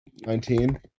Nineteen